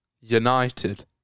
united